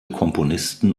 komponisten